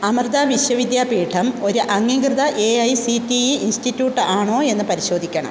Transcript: അമൃത വിശ്വവിദ്യാപീഠം ഒരു അംഗീകൃത A I C T E institute ആണോ എന്ന് പരിശോധിക്കണം